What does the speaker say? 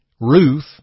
Ruth